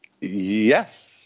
Yes